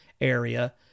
area